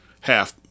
half